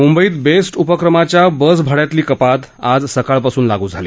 मुंबईत बेस्ट उपक्रमाच्याबसभाड्यातली कपात आज सकाळपासून लागू झाली